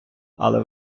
але